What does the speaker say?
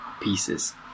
pieces